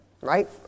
right